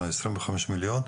של העשרים וחמש מיליון,